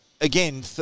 Again